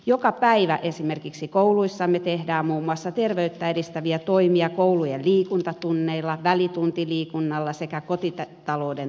joka päivä esimerkiksi kouluissamme tehdään muun muassa terveyttä edistäviä toimia koulujen liikuntatunneilla välituntiliikunnalla sekä kotitalouden tunneilla